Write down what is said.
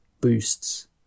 boosts